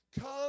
come